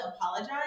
apologize